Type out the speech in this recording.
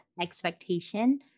expectation